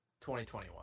2021